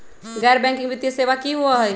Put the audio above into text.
गैर बैकिंग वित्तीय सेवा की होअ हई?